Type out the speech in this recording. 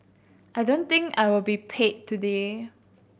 I don't think I will be paid today